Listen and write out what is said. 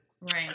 Right